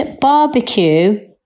barbecue